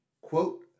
Quote